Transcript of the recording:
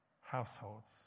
Households